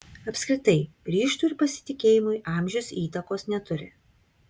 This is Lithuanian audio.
apskritai ryžtui ir pasitikėjimui amžius įtakos neturi